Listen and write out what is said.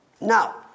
Now